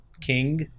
king